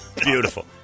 Beautiful